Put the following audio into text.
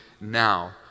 now